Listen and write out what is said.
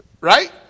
Right